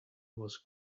was